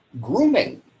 grooming